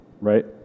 right